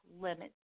limits